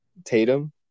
Tatum